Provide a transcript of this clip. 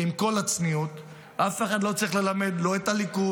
ועם כל הצניעות: אף אחד לא צריך ללמד לא את הליכוד,